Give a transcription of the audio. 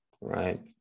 right